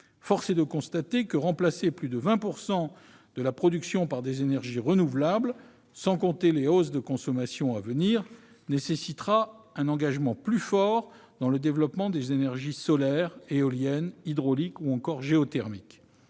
Force est de constater que, pour remplacer plus de 20 % de la production par des énergies renouvelables, sans compter les hausses de consommation à venir, il faudra un engagement plus fort dans le développement des énergies solaire, éolienne, hydraulique ou encore géothermique.